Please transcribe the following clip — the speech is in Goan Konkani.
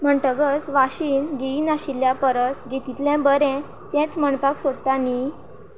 म्हणटकच वाशीन घेयी नाशिल्ल्या परस घेतिल्लें बरें तेंच म्हणपाक सोदता न्ही